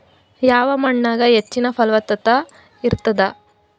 ಯಾವ ಮಣ್ಣಾಗ ಹೆಚ್ಚಿನ ಫಲವತ್ತತ ಇರತ್ತಾದ?